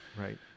Right